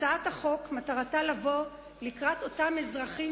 הצעת החוק מטרתה לבוא לקראת אותם אזרחים